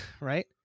right